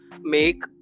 make